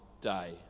day